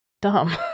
dumb